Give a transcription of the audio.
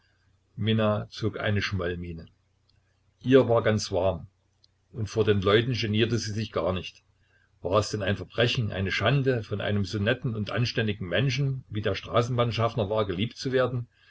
minna zog eine schmollmiene ihr war ganz warm und vor den leuten genierte sie sich gar nicht war es denn ein verbrechen eine schande von einem so netten und anständigen menschen wie der straßenbahnschaffner war geliebt zu werden